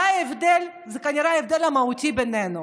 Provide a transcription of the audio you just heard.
זה ההבדל, זה כנראה ההבדל המהותי ביננו.